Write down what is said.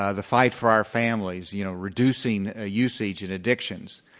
ah the fight for our families. you know, reducing, ah use agent addictions.